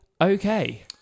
okay